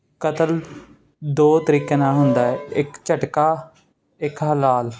ਕਤਲ ਦੋ ਤਰੀਕੇ ਨਾਲ ਹੁੰਦਾ ਇੱਕ ਝਟਕਾ ਇੱਕ ਹਲਾਲ